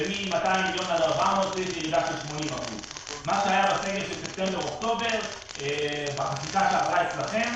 ומ-200 מיליון עד 400 מיליון ירידה של 80%. מה שהיה בספטמבר אוקטובר בחקיקה שעברה אצלכם,